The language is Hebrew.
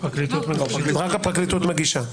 הפרקליטות --- רק הפרקליטות מגישה.